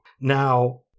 Now